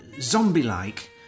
zombie-like